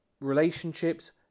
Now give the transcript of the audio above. relationships